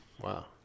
Wow